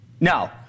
No